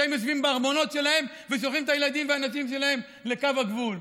שהם יושבים בארמונות שלהם ושולחים את הילדים והנשים שלהם לקו הגבול.